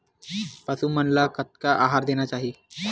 पशु मन ला कतना आहार देना चाही?